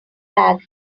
bag